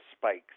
spikes